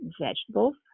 vegetables